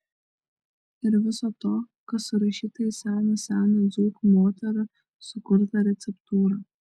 ir viso to kas surašyta į seną seną dzūkų moterų sukurtą receptūrą